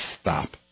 stop